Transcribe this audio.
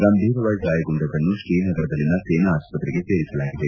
ಗಂಭೀರವಾಗಿ ಗಾಯಗೊಂಡವರನ್ನು ಶ್ರೀನಗರದಲ್ಲಿನ ಸೇನಾ ಆಸ್ಪತ್ರೆಗೆ ಸೇರಿಸಲಾಗಿದೆ